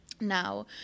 Now